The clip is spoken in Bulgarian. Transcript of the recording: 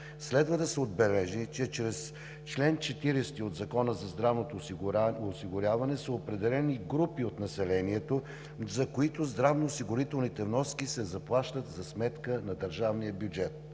Следва да се отбележи, че чрез чл. 40 от Закона за здравното осигуряване са определени групи от населението, за които здравноосигурителните вноски се заплащат за сметка на държавния бюджет.